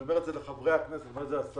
אני אומר את זה לחברי הכנסת, אני אומר את זה לשרה,